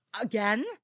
Again